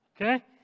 Okay